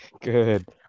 good